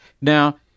now